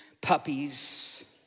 puppies